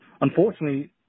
unfortunately